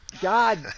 God